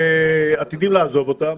שעתידים לעזוב אותם.